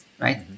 right